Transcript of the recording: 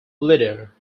leader